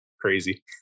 crazy